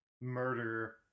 murder